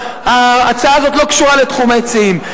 וההצעה הזאת לא קשורה לתחום ההיצעים.